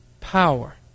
power